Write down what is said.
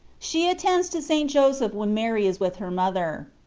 she attends to st. joseph when mary is with her mother.